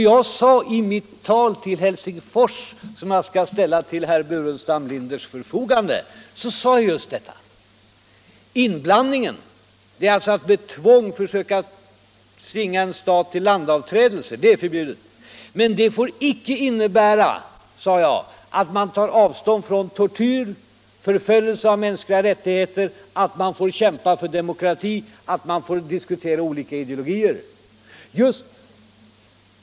Jag sade i mitt tal i Helsingfors, som jag skall ställa till herr Burenstam Linders förfogande, att inblandning, dvs. att med tvång försöka förmå stat till landavträdelse, är förbjuden. Men det får inte innebära, sade jag, att man inte får ta avstånd från tortyr och förföljelse av mänskliga rättigheter, inte får kämpa för demokrati och diskutera olika ideologier.